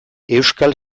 euskal